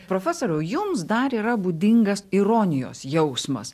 profesoriau jums dar yra būdingas ironijos jausmas